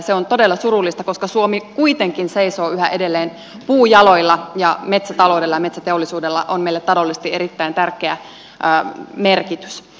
se on todella surullista koska suomi kuitenkin seisoo yhä edelleen puujaloilla ja metsätaloudella ja metsäteollisuudella on meille taloudellisesti erittäin tärkeä merkitys